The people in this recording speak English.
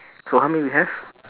so how many we have